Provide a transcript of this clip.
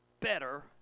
better